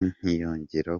ntiyongera